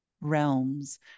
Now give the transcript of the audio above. realms